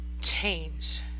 change